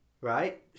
right